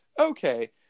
okay